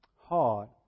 hard